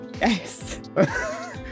yes